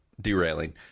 derailing